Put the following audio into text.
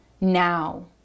now